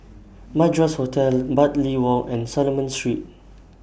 Madras Hotel Bartley Walk and Solomon Street